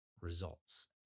results